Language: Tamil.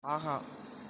ஆஹா